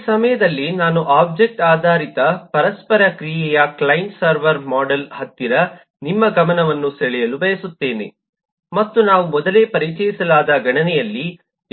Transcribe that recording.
ಈ ಸಮಯದಲ್ಲಿ ನಾನು ಒಬ್ಜೆಕ್ಟ್ ಆಧಾರಿತ ಪರಸ್ಪರ ಕ್ರಿಯೆಯ ಕ್ಲೈಂಟ್ ಸರ್ವರ್ ಮೋಡೆಲ್ ಹತ್ತಿರ ನಿಮ್ಮ ಗಮನವನ್ನು ಸೆಳೆಯಲು ಬಯಸುತ್ತೇನೆ ಮತ್ತು ನಾವು ಮೊದಲೇ ಪರಿಚಯಿಸಲಾದ ಗಣನೆಯಲ್ಲಿ